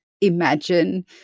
imagine